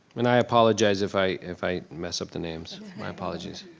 and i apologize if i if i mess up the names. my apologies.